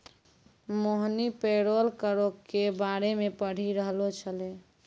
मोहिनी parole करो के बारे मे पढ़ि रहलो छलै